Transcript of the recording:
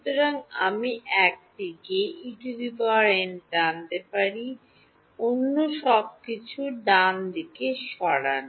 সুতরাং আমি একদিকে En টানতে পারি অন্য সব কিছু ডানদিকে ডানদিকে সরান